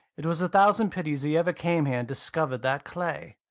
it was a thousand pities he ever came here and discovered that clay.